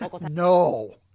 No